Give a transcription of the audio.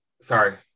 Sorry